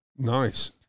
Nice